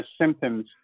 symptoms